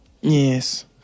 Yes